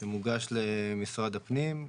שמוגש למשרד הפנים.